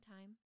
time